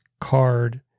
Card